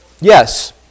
yes